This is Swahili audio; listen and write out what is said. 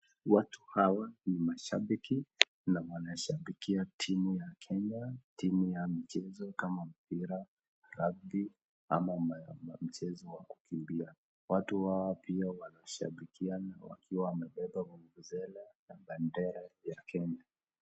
Watu hawa ni mashabiki na wanashabikia timu ya Kenya, timu ya mchezo kama, mpira, rugby ama mchezo wa kukimbia, watu hawa pia wanashabikiana wakiwa wamebeba vuvuzela na bendera ya Kenya.